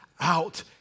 out